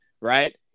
right